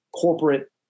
corporate